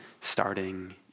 starting